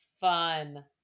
fun